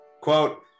quote